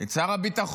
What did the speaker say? את שר הביטחון,